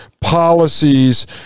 policies